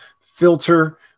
filter